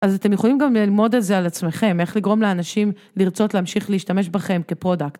אז אתם יכולים גם ללמוד את זה על עצמכם, איך לגרום לאנשים לרצות להמשיך להשתמש בכם כפרודקט.